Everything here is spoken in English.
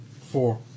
Four